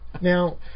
Now